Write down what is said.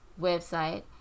website